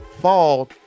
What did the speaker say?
fall